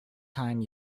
time